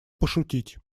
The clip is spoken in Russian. пошутить